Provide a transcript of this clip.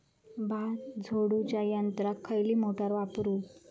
भात झोडूच्या यंत्राक खयली मोटार वापरू?